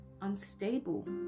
unstable